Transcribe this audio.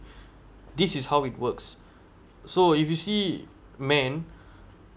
this is how it works so if you see man